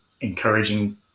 encouraging